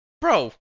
Bro